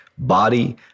Body